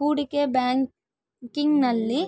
ಹೂಡಿಕೆ ಬ್ಯಾಂಕಿಂಗ್ನಲ್ಲಿ